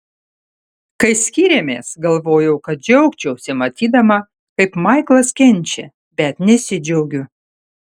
kai skyrėmės galvojau kad džiaugčiausi matydama kaip maiklas kenčia bet nesidžiaugiu